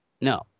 no